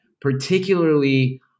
particularly